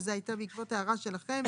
שזה היה בעקבות הערה שלכם,